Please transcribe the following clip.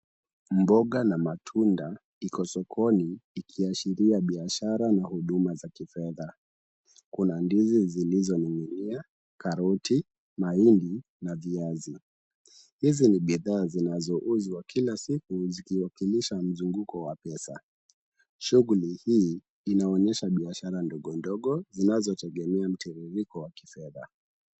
Mboga na matunda iko sokoni ikiashiria biashara na huduma za kifedha, kuna ndizi zilizoning'inia, karoti, mahindi na viazi, hizi ni bidhaa zinazouzwa kila siku zikiwakilisha mzunguko wa pesa. Shughuli hii inaonyesha biashara ndogo ndogo zinazotegemea mtiririko wa kifedha.